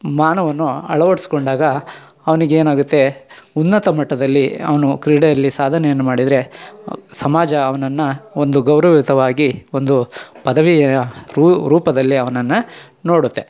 ಮಾನವನು ಅಳವಡಿಸ್ಕೊಂಡಾಗ ಅವ್ನಿಗೆ ಏನಾಗುತ್ತೆ ಉನ್ನತ ಮಟ್ಟದಲ್ಲಿ ಅವನು ಕ್ರೀಡೆಯಲ್ಲಿ ಸಾಧನೆಯನ್ನು ಮಾಡಿದರೆ ಸಮಾಜ ಅವನನ್ನ ಒಂದು ಗೌರವಿತವಾಗಿ ಒಂದು ಪದವಿ ರೂಪದಲ್ಲಿ ಅವನನ್ನು ನೋಡುತ್ತೆ